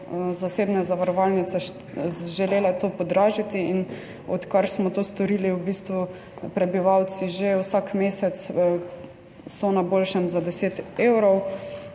zasebne zavarovalnice želele to podražiti, in odkar smo to storili, so v bistvu prebivalci že vsak mesec na boljšem za 10 evrov.